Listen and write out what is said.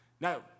Now